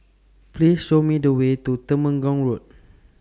Please Show Me The Way to Temenggong Road